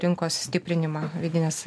rinkos stiprinimą vidinės